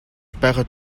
байхад